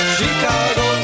Chicago